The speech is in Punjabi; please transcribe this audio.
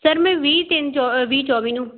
ਸਰ ਮੈਂ ਵੀਹ ਤਿੰਨ ਚੋ ਵੀਹ ਚੋਵੀ ਨੂੰ